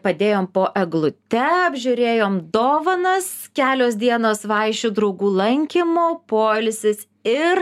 padėjom po eglute apžiūrėjom dovanas kelios dienos vaišių draugų lankymo poilsis ir